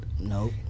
Nope